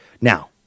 Now